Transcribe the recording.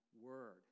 word